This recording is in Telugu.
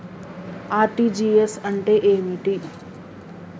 ఆర్.టి.జి.ఎస్ అంటే ఏమిటి?